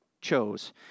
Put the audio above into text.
chose